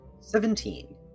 Seventeen